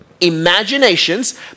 imaginations